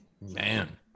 Man